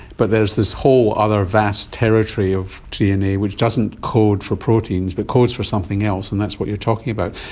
but there's this whole other vast territory of dna which doesn't code for proteins but codes for something else and that's what you're talking about.